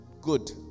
good